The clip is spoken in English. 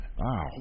wow